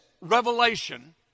revelation